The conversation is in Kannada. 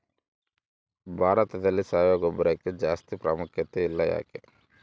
ಭಾರತದಲ್ಲಿ ಸಾವಯವ ಗೊಬ್ಬರಕ್ಕೆ ಜಾಸ್ತಿ ಪ್ರಾಮುಖ್ಯತೆ ಇಲ್ಲ ಯಾಕೆ?